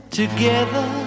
together